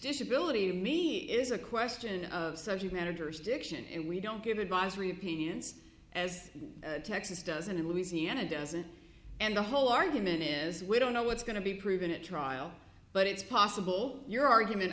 disability to me is a question of subject matter jurisdiction and we don't give advisory opinions as texas does and in louisiana doesn't and the whole argument is we don't know what's going to be proven at trial but it's possible your argument